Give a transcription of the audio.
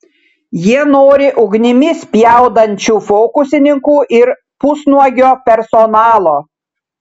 jie nori ugnimi spjaudančių fokusininkų ir pusnuogio personalo